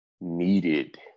needed